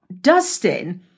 Dustin